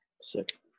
sick